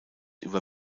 über